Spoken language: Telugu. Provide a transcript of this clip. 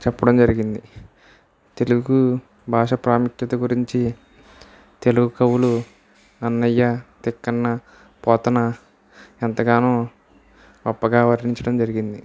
చెప్పడం జరిగింది తెలుగు భాష ప్రాముఖ్యత గురించి తెలుగు కవులు నన్నయ తిక్కన పోతన ఎంతగానో గొప్పగా వర్ణించడం జరిగింది